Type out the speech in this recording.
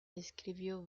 escribió